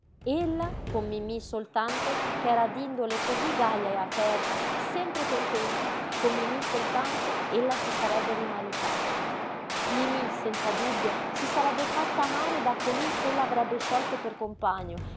ella con mimí soltanto ch'era d'indole cosí gaja e aperta sempre contenta con mimí soltanto ella si sarebbe rimaritata mimí senza dubbio si sarebbe fatta amare da colui ch'ella avrebbe scelto per compagno